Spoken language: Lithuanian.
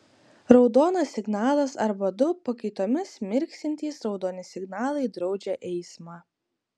raudonas signalas arba du pakaitomis mirksintys raudoni signalai draudžia eismą